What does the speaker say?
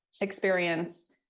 experience